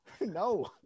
No